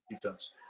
defense